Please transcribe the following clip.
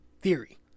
theory